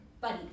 Buddy